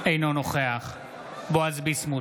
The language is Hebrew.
אינו נוכח בועז ביסמוט,